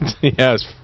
Yes